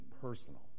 personal